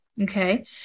Okay